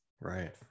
right